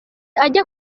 ajya